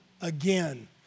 again